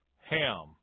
Ham